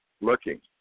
Looking